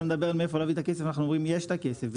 אתה מדבר מאיפה להביע את הכסף ואנו אומרים שיש הכסף.